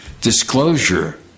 disclosure